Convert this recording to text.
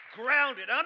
grounded